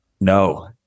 no